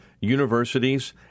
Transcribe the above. universities